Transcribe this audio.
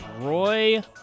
Roy